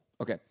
Okay